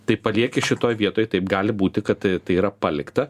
tai palieki šitoj vietoj taip gali būti kad ta tai yra palikta